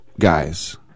guys